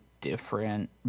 different